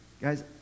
Guys